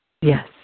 Yes